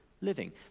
living